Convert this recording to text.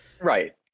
right